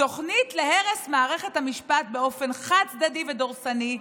תוכנית להרס מערכת המשפט באופן חד-צדדי ודורסני,